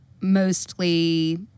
mostly